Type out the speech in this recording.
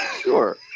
Sure